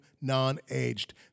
non-aged